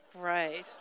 great